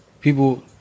people